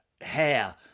Hair